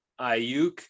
Ayuk